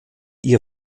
ihr